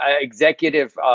executive